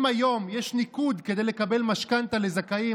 אם היום יש ניקוד כדי לקבל משכנתה לזכאים,